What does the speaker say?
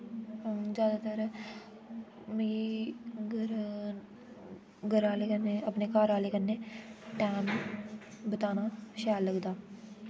जैदातार मिगी ग्रां आह्ले कन्नै घर आह्ले कन्नै टैम बीताना शैल लगदा